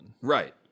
Right